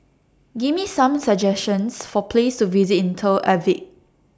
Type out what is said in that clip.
Give Me Some suggestions For Places to visit in Tel Aviv